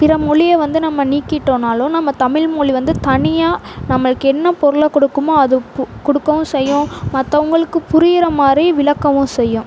பிற மொழியை வந்து நம்ம நீக்கிட்டோம்னாலும் நம்ம தமிழ் மொழி வந்து தனியாக நம்மளுக்கு என்ன பொருளை கொடுக்குமோ அது பு கொடுக்கவும் செய்யும் மற்றவங்களுக்கு புரிகிற மாதிரி விளக்கவும் செய்யும்